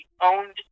owned